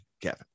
Kevin